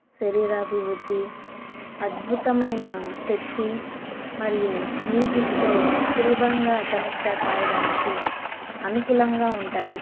శరీర అభివృద్ధి అద్భుతమైన శక్తి మరియు మ్యూజిక్తో సులభంగా కనెక్ట్ కావడానికి అనుకూలంగా ఉంటాయి